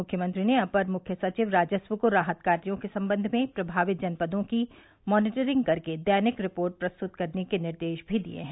मुख्यमंत्री ने अपर मुख्य सचिव राजस्व को राहत कार्यो के संबंध में प्रभावित जनपदों की मॉनीटरिंग कर के दैनिक रिपोर्ट प्रस्तुत करने के निर्देश भी दिये हैं